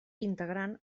integrant